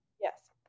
Yes